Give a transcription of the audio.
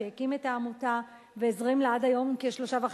שהקים את העמותה והזרים לה עד היום כ-3.5